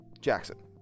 Jackson